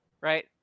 right